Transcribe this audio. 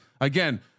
Again